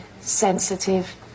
sensitive